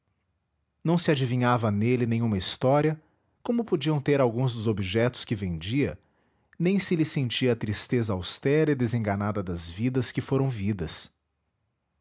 não se adivinhava nele nenhuma história como podiam ter alguns dos objetos que vendia nem se lhe sentia a tristeza austera e desenganada das vidas que foram vidas